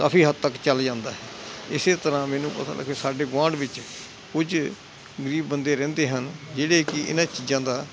ਕਾਫੀ ਹੱਦ ਤੱਕ ਚੱਲ ਜਾਂਦਾ ਹੈ ਇਸ ਤਰ੍ਹਾਂ ਮੈਨੂੰ ਪਤਾ ਲੱਗੇ ਸਾਡੇ ਗੁਆਂਢ ਵਿੱਚ ਕੁਝ ਗਰੀਬ ਬੰਦੇ ਰਹਿੰਦੇ ਹਨ ਜਿਹੜੇ ਕਿ ਇਹਨਾਂ ਚੀਜ਼ਾਂ ਦਾ